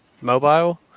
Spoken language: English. mobile